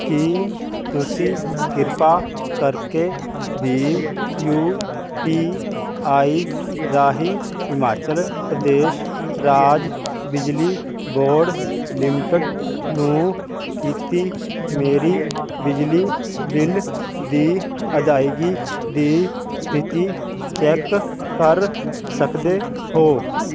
ਕੀ ਤੁਸੀਂ ਕਿਰਪਾ ਕਰਕੇ ਬੀਮ ਯੂ ਪੀ ਆਈ ਰਾਹੀਂ ਹਿਮਾਚਲ ਪ੍ਰਦੇਸ਼ ਰਾਜ ਬਿਜਲੀ ਬੋਰਡ ਲਿਮਟਿਡ ਨੂੰ ਕੀਤੀ ਮੇਰੀ ਬਿਜਲੀ ਬਿੱਲ ਦੀ ਅਦਾਇਗੀ ਦੀ ਸਥਿਤੀ ਚੈਕ ਕਰ ਸਕਦੇ ਹੋ